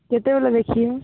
କେତେବେଳେ ଦେଖିବ